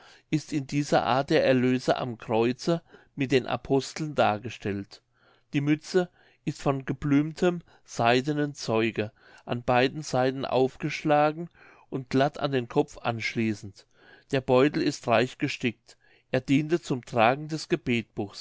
ist in dieser art der erlöser am kreuze mit den aposteln dargestellt die mütze ist von geblümtem seidenen zeuge an beiden seiten aufgeschlagen und glatt an den kopf anschließend der beutel ist reich gestickt er diente zum tragen des